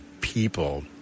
people